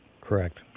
correct